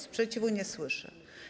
Sprzeciwu nie słyszę.